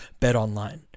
BetOnline